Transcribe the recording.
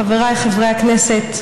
חבריי חברי הכנסת,